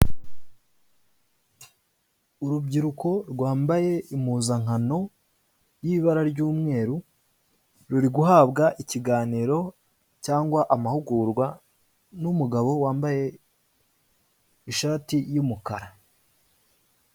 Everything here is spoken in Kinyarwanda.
Urubyiruko rwambaye impuzankano y'ibara ry'umweru, ruri guhabwa ikiganiro cyangwa amahugurwa n'umugabo wambaye ishati y'umukara.